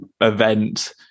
event